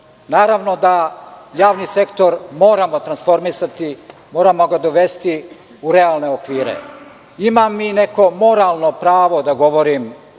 naravno da javni sektor moramo transformisati, moramo ga dovesti u realne okvire. Imam i neko moralno pravo da progovorim